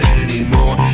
anymore